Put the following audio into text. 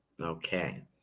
okay